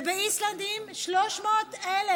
ובאיסלנד, 300,000,